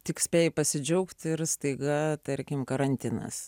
tik spėji pasidžiaugti ir staiga tarkim karantinas